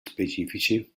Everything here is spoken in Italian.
specifici